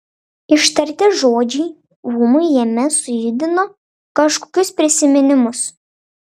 ištarti žodžiai ūmai jame sujudino kažkokius prisiminimus